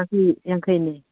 ꯆꯅꯤ ꯌꯥꯡꯈꯩꯅꯦ